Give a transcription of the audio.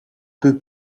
peu